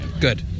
Good